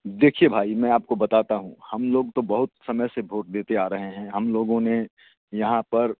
देखिए भाई मैं आपको बताता हूँ हम लोग तो बहुत समय से भोट देते आ रहें हैं हम लोगों ने यहाँ पर